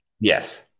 Yes